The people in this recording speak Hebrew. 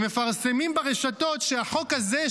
הם מפרסמים ברשתות שהחוק הזה,